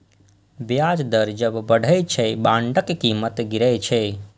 ब्याज दर जब बढ़ै छै, बांडक कीमत गिरै छै